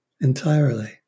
entirely